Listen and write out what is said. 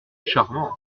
charmante